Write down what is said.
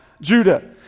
Judah